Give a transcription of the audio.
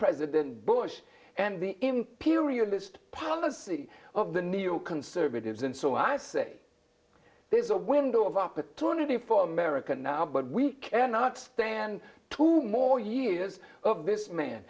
president bush and the imperialist policy of the neoconservatives and so i say there's a window of opportunity for america now but we cannot stand two more years of this man